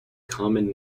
common